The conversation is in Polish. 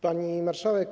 Pani Marszałek!